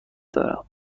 دارم